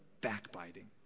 backbiting